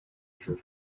hejuru